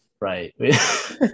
right